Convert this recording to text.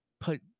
put